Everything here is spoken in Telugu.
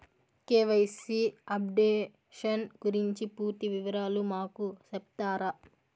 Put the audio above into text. కె.వై.సి అప్డేషన్ గురించి పూర్తి వివరాలు మాకు సెప్తారా?